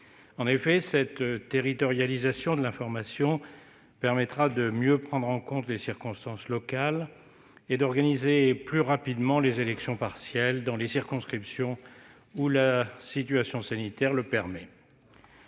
En effet, cette territorialisation de l'information permettra de mieux prendre en compte les circonstances locales et d'organiser plus rapidement les élections partielles dans les circonscriptions où la situation sanitaire le permet.